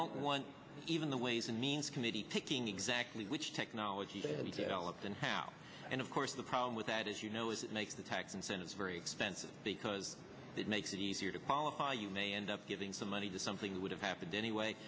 don't want even the ways and means committee picking exactly which technology and how and of course the problem with that is you know make the tax incentives very expensive because it makes it easier to qualify you may end up giving some money to something that would have happened anyway